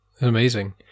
Amazing